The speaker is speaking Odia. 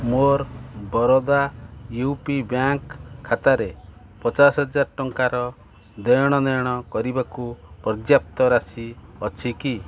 ମୋର ବରୋଦା ୟୁ ପି ବ୍ୟାଙ୍କ୍ ଖାତାରେ ପଚାଶ ହଜାର ଟଙ୍କାର ଦେଣନେଣ କରିବାକୁ ପର୍ଯ୍ୟାପ୍ତ ରାଶି ଅଛି କି